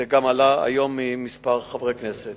זה גם עלה היום מכמה חברי כנסת.